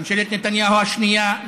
ממשלת נתניהו השנייה,